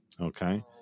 okay